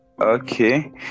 Okay